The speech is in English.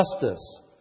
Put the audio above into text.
Justice